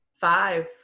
Five